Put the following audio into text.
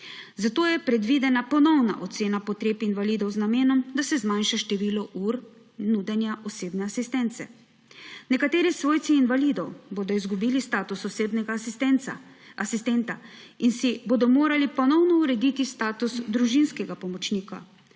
zato je predvidena ponovna ocena potreb invalidov z namenom, da se zmanjša število ur nudenja osebne asistence. Nekateri svojci invalidov bodo izgubili status osebnega asistenta in si bodo morali ponovno urediti status družinskega pomočnika,